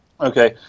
Okay